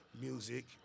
music